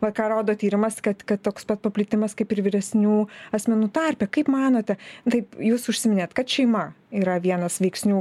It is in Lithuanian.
va ką rodo tyrimas kad kad toks pat paplitimas kaip ir vyresnių asmenų tarpe kaip manote taip jūs užsiminėt kad šeima yra vienas veiksnių